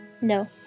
No